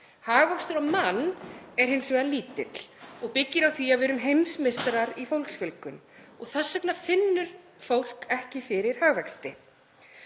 Hagvöxtur á mann er hins vegar lítill og byggir á því að við erum heimsmeistarar í fólksfjölgun. Þess vegna finnur fólk ekki fyrir hagvexti.